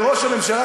וראש הממשלה,